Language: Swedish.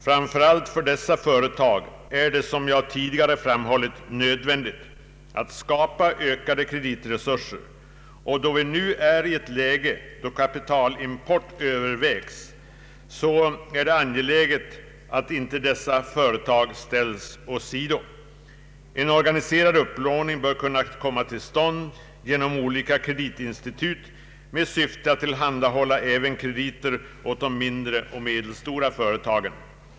Framför allt är det för dessa företag, som jag tidigare framhållit, nödvändigt att skapa ökade kreditresurser, och då vi nu är i ett läge då kapitalimport övervägs, är det angeläget att inte dessa företag ställs åsido. En organiserad upplåning bör kunna komma till stånd genom olika kreditinstitut med syfte att tillhandahålla krediter även åt de mindre och medelstora företagen.